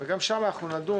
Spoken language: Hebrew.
גם שם אנחנו נדון,